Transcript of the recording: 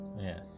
Yes